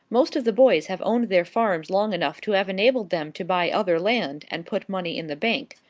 most of the boys have owned their farms long enough to have enabled them to buy other land, and put money in the bank.